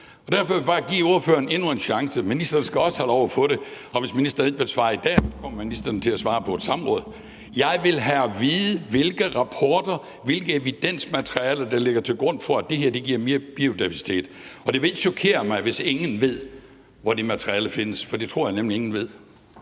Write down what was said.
Derfor vil jeg bare give ordføreren endnu en chance. Ministeren skal også have lov at få den. Og hvis ministeren ikke vil svare i dag, kommer ministeren til at svare på et samråd. Jeg vil have at vide, hvilke rapporter, hvilket evidensmateriale der ligger til grund for, at det her giver mere biodiversitet. Og det vil ikke chokere mig, hvis ingen ved, hvor det materiale findes, for det tror jeg nemlig ingen ved.